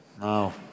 No